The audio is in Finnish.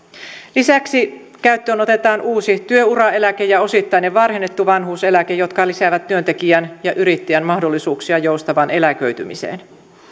lisäksi käyttöön otetaan uusi työuraeläke ja osittainen varhennettu vanhuuseläke jotka lisäävät työntekijän ja yrittäjän mahdollisuuksia joustavaan eläköitymiseen